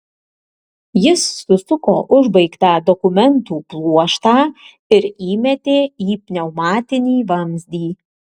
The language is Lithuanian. jis susuko užbaigtą dokumentų pluoštą ir įmetė į pneumatinį vamzdį